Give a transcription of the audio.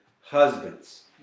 husbands